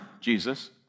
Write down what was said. Jesus